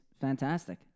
fantastic